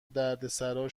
دردسرا